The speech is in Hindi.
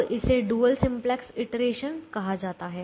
अब इसे डुअल सिंपलेक्स इटरेशन कहा जाता है